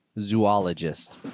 zoologist